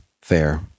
Fair